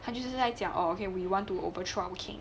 他就是在讲 oh ok we want to over trump king